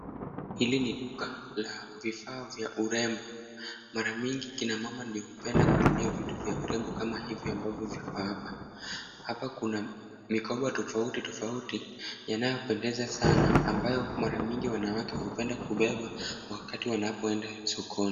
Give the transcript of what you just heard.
Hili ni duka la vifaa vya urembo. Mara mingi kina mama ndio hupenda kutumia vitu vya urembo kama hivi ambavyo viko hapa. Hapa kuna mikoba tofauti tofauti, yanayopendeza sana ambayo mara mingi wanawake hupenda kubeba wakati wanapoenda sokoni.